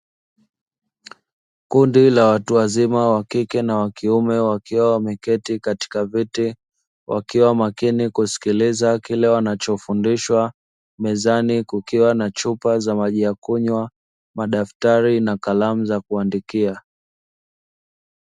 Kundi la watu wazima (wa kike na wa kiume) wakiwa wameketi katika viti wakiwa makini kusikiliza kile wanachofundishwa. Mezani kukiwa na chupa za maji ya kunywa, madaftari na kalamu za kuandikia.